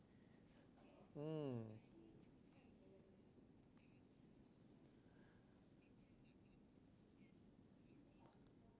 mm